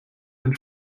den